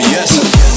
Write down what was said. Yes